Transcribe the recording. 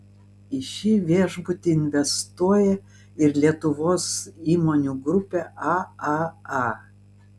į šį viešbutį investuoja ir lietuvos įmonių grupė aaa